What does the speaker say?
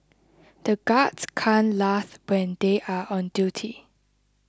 the guards can't laugh when they are on duty